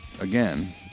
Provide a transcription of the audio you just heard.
again